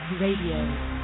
Radio